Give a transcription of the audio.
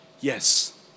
Yes